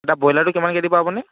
এতিয়া ব্ৰইলাৰটো কিমানকৈ দিব আপুনি